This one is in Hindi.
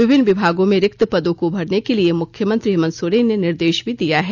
विभिन्न विभागों में रिक्त पदों को भरने के लिए मुख्यमंत्री हेमंत सोरेन ने निर्देश भी दिया है